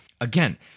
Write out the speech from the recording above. Again